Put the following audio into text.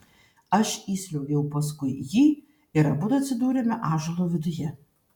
aš įsliuogiau paskui jį ir abudu atsidūrėme ąžuolo viduje